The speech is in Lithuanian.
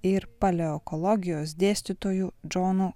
ir paleokologijos dėstytoju džonu